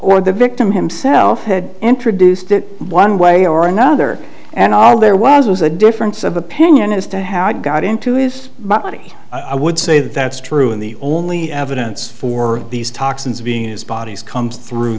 or the victim himself had introduced it one way or another and all there was was a difference of opinion as to how it got into his body i would say that that's true and the only evidence for these toxins being as bodies comes through